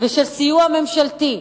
ושל סיוע ממשלתי,